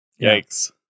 yikes